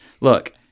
Look